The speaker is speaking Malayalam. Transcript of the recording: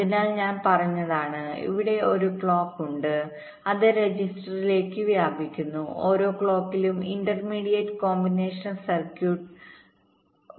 അതിനാൽ ഞാൻ പറഞ്ഞതാണ് അവിടെ ഒരു ക്ലോക്ക് ഉണ്ട് അത് രജിസ്റ്ററുകളിലേക്ക് വ്യാപിക്കുന്നു ഓരോ ക്ലോക്കിലും intermediate combinational circuit intermediate combinational circuit